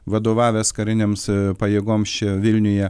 vadovavęs karinėms pajėgoms čia vilniuje